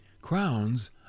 crowns